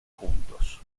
juntos